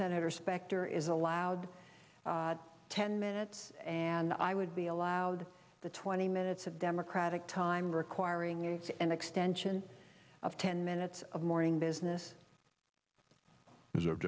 senator specter is allowed ten minutes and i would be allowed the twenty minutes of democratic time requiring if an extension of ten minutes of morning business